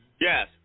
Yes